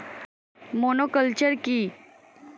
Monoculture কি?